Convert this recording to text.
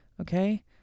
Okay